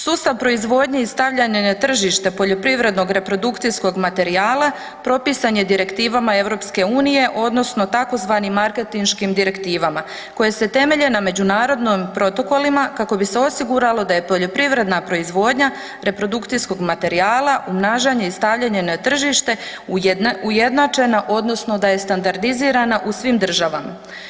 Sustav proizvodnje i stavljanje na tržište poljoprivrednog reprodukcijskog materijala propisan je direktivama EU odnosno tzv. markentiškim direktivama koje se temelje na međunarodnim protokolima kako bi se osiguralo da je poljoprivredna proizvodnja reprodukcijskog materijala umnažanje i stavljanje na tržište ujednačeno odnosno da je standardizirana u svim državama.